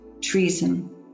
Treason